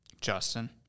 Justin